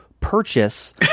purchase